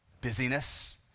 Busyness